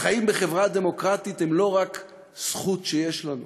החיים בחברה דמוקרטית הם לא רק זכות שיש לנו,